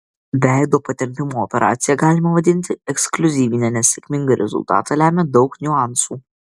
veido patempimo operaciją galima vadinti ekskliuzyvine nes sėkmingą rezultatą lemia daug niuansų